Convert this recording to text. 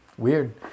Weird